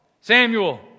Samuel